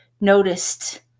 noticed